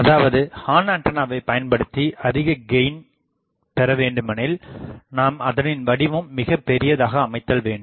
அதாவது ஹார்ன்ஆண்டனாவை பயன்படுத்தி அதிகக் கெயின் பெறவேண்டுமெனில் நாம் அதனின் வடிவம் மிகப்பெரியதாக அமைத்தல் வேண்டும்